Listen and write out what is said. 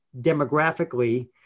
Demographically